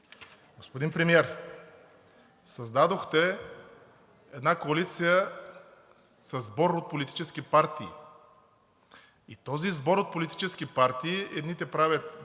Господин Премиер, създадохте една коалиция със сбор от политически партии. И в този сбор от политически партии едните правят